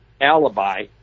alibi